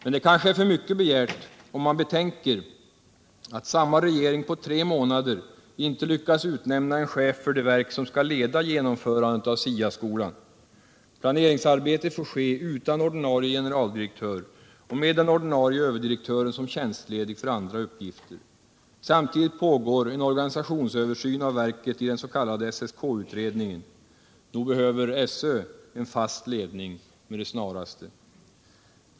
Men det kanske är för mycket begärt, om man betänker att samma regering på tre månader inte lyckats utnämna en chef för det verk som skall leda genomförandet av SIA-skolan. Planeringsarbetet får ske utan ordinarie generaldirektör och med den ordinarie överdirektören tjänstledig för andra uppgifter. Samtidigt pågår en organisationsöversyn av verket i den s.k. SSK-utredningen. Nog behöver SÖ en fast ledning med det snaraste.